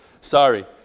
Sorry